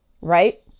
right